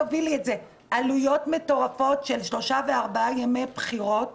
אם מסתכלים על המצב של המפלגות נכון להיום,